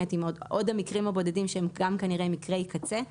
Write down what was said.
עוד מקרים בודדים שהם כנראה גם מקרי קצה,